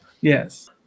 Yes